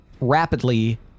rapidly